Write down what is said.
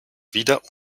wieder